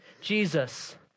Jesus